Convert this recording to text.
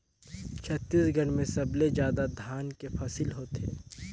छत्तीसगढ़ में सबले जादा धान के फसिल होथे